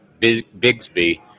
Bigsby